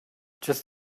just